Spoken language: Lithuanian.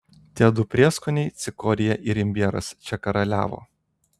tie du prieskoniai cikorija ir imbieras čia karaliavo